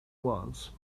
was